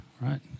right